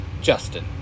Justin